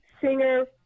singer